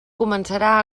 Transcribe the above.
començarà